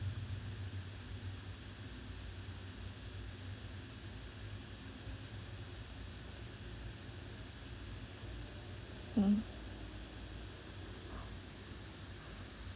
mmhmm